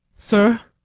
sir,